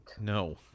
No